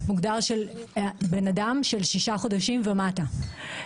מוגדר שישה חודשים ומטה.